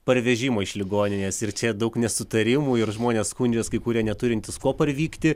parvežimo iš ligoninės ir čia daug nesutarimų ir žmonės skundžias kai kurie neturintys kuo parvykti